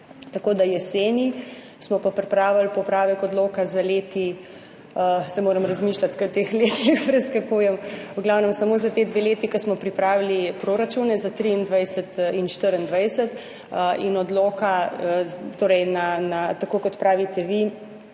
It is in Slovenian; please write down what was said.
Tako da jeseni smo pa pripravili popravek odloka za leti, zdaj moram razmišljati, ker v teh letih preskakujem, v glavnem samo za ti dve leti, ko smo pripravili proračune za 2023 in 2024 in odloka torej na, tako kot pravite vi,